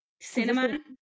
cinnamon